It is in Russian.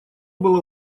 была